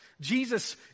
Jesus